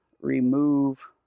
remove